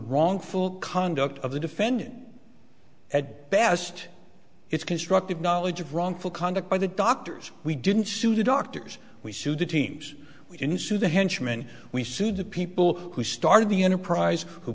wrongful conduct of the defendant at best it's constructive knowledge of wrongful conduct by the doctors we didn't sue the doctors we sued the teams we can sue the henchmen we sued the people who started the enterprise who